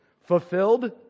fulfilled